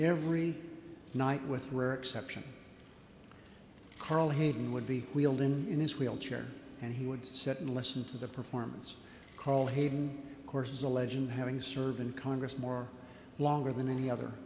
every night with rare exception carl hayden would be wheeled in in his wheelchair and he would sit and listen to the performance carl hayden course is a legend having served in congress more longer than any other